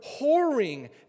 whoring